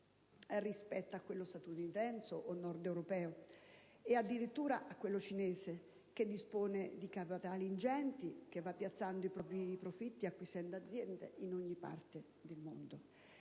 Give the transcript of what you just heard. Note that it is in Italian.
rispetto a quello statunitense o nordeuropeo, e addirittura a quello cinese, che dispone di capitali ingenti, che va piazzando i propri profitti acquisendo aziende in ogni parte del mondo.